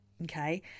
Okay